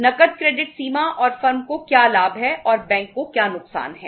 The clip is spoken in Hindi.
नकद क्रेडिट सीमा और फर्म को क्या लाभ है और बैंक को क्या नुकसान है